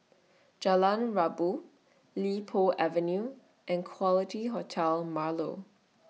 Jalan Rabu Li Po Avenue and Quality Hotel Marlow